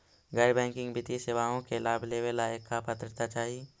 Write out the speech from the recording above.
गैर बैंकिंग वित्तीय सेवाओं के लाभ लेवेला का पात्रता चाही?